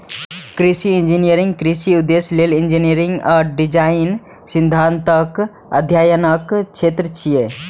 कृषि इंजीनियरिंग कृषि उद्देश्य लेल इंजीनियरिंग आ डिजाइन सिद्धांतक अध्ययनक क्षेत्र छियै